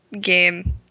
game